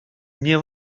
мне